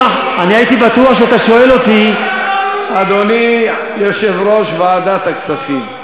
בגמרא, אדוני יושב-ראש ועדת הכספים,